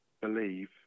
believe